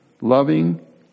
loving